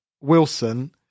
Wilson